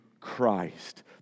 Christ